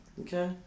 Okay